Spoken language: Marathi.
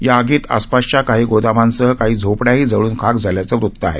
या आगीत आसपासच्या काही गोदामांसह काही झोपड्याही जळून खाक झाल्याचं वृत आहे